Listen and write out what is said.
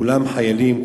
כולם חיילים,